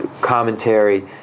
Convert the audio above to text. commentary